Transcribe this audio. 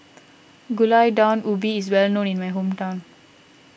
Gulai Daun Ubi is well known in my hometown